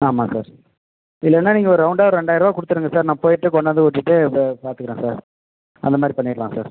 ஆமாம் சார் இல்லைன்னா நீங்கள் ஒரு ரவுண்டாக ஒரு ரெண்டாயிர்ரூவா கொடுத்துருங்க சார் நான் போயிட்டு கொண்டாந்து விட்டுட்டு இது பார்த்துக்குறேன் சார் அந்த மாதிரி பண்ணிடலாம் சார்